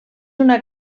una